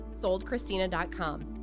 SoldChristina.com